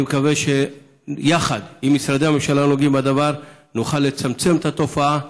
אני מקווה שיחד עם משרדי הממשלה הנוגעים בדבר נוכל לצמצם את התופעה,